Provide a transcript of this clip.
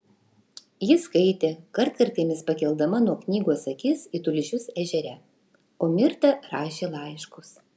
ji skaitė kartkartėmis pakeldama nuo knygos akis į tulžius ežere o mirta rašė laiškus